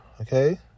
okay